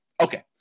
Okay